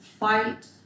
Fight